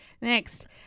Next